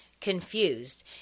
confused